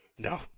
No